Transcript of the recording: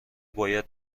باید